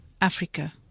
Africa